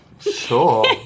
Sure